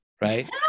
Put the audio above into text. Right